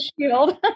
shield